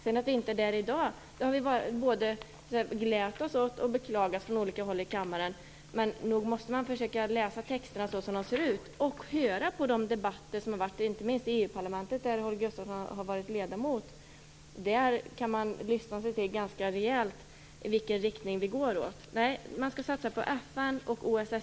Vi är inte där i dag, och det har vi både glatt oss åt och beklagat från olika håll i kammaren. Men nog måste man försöka läsa texterna så som de ser ut, och höra på de debatter som har förts inte minst i EU-parlamentet, där Holger Gustafsson har varit ledamot. Där kan man ganska rejält lyssna sig till i vilken riktning det hela går. Nej, satsa på FN och OSSE!